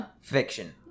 fiction